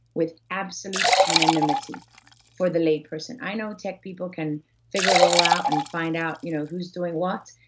with absolute anonymity for the lay person. i know tech people can figure it all out, and find out you know who's doing what,